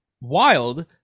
wild